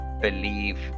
believe